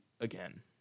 again